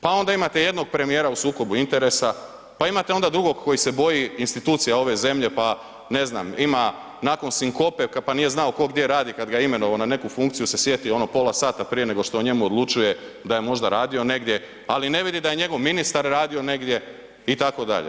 Pa onda imate jednog premijera u sukobu interesa, pa imate onda drugog koji se boji institucija zemlje pa ne znam ima nakon sinkope pa nije znao tko gdje radi kad ga je imenovao na neku funkciju se sjetio ono pola sata prije nego što o njemu odlučuje da je možda radio negdje, ali ne vidi da je njegov ministar radio negdje itd.